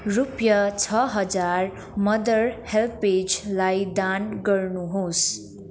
रुपियाँ छ हजार मदर हेल्प्जलाई दान गर्नुहोस्